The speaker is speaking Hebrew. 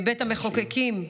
מבית המחוקקים,